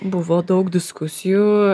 buvo daug diskusijų